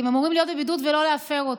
כי הם אמורים להיות בבידוד ולא להפר אותו.